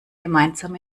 gemeinsam